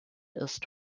ist